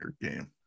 game